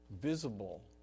visible